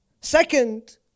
Second